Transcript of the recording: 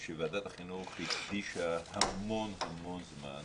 ושוועדת החינוך הקדישה המון זמן,